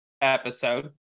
episode